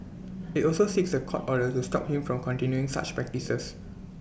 IT also seeks A court order to stop him from continuing such practices